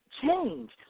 change